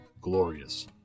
Glorious